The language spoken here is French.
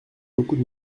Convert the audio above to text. beaucoup